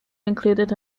included